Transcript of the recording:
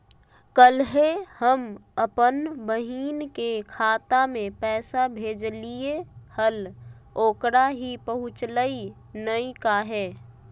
कल्हे हम अपन बहिन के खाता में पैसा भेजलिए हल, ओकरा ही पहुँचलई नई काहे?